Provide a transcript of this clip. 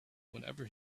whenever